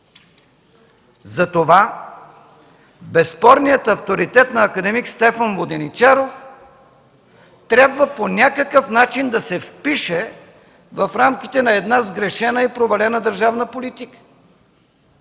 Затова безспорният авторитет на акад. Стефан Воденичаров по някакъв начин трябва да се впише в рамките на една сгрешена и провалена държавна политика!